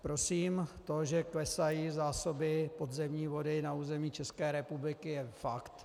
Prosím, to, že klesají zásoby podzemní vody na území České republiky, je fakt.